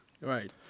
Right